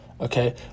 okay